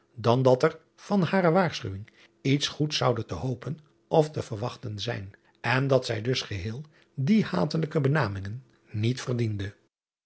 dan dat er van hare waarschuwing iets goeds zoude te hopen of te verwachten zijn en dat zij dus geheel die hatelijke benamingen niet verdiende